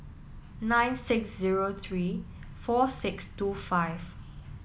nine six zero three four six two five